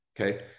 Okay